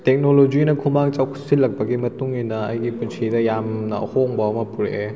ꯇꯦꯛꯅꯣꯂꯣꯖꯤꯅ ꯈꯨꯃꯥꯡ ꯆꯥꯎꯁꯤꯜꯂꯛꯄꯒꯤ ꯃꯇꯨꯛ ꯏꯟꯅ ꯑꯩꯒꯤ ꯄꯨꯟꯁꯤꯗ ꯌꯥꯝꯅ ꯑꯍꯣꯡꯕ ꯑꯃ ꯄꯨꯔꯛꯑꯦ